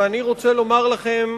ואני רוצה לומר לכם,